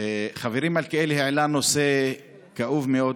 חברי מלכיאלי העלה נושא כאוב מאוד,